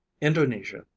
Indonesia